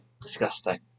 disgusting